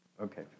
Okay